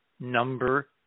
number